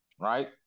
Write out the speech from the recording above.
right